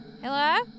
Hello